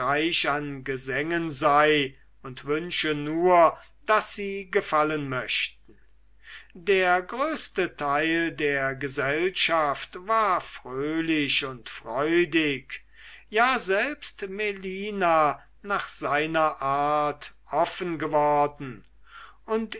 gesängen sei und wünsche nur daß sie gefallen möchten der größte teil der gesellschaft war fröhlich und freudig ja selbst melina nach seiner art offen geworden und